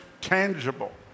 tangible